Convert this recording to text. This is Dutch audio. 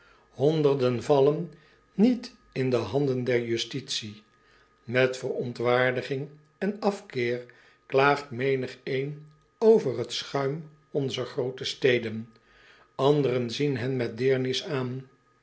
honderden vallen niet in de handen der justitie met verontwaardiging en afkeer klaagt menigeen over het schuim onzer groote steden anderen zien hen met deernis aan